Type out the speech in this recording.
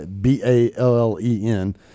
b-a-l-l-e-n